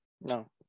No